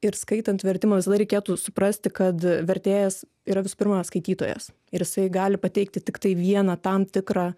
ir skaitant vertimą visada reikėtų suprasti kad vertėjas yra visų pirma skaitytojas ir jisai gali pateikti tiktai vieną tam tikrą